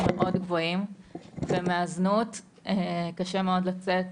מאוד גבוהים ומהזנות קשה מאוד לצאת.